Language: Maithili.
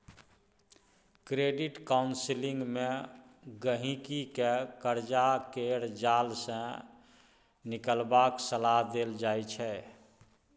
क्रेडिट काउंसलिंग मे गहिंकी केँ करजा केर जाल सँ निकलबाक सलाह देल जाइ छै